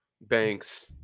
banks